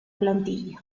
plantilla